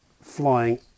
flying